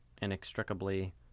inextricably